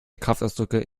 kraftausdrücke